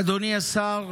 אדוני השר,